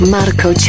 Marco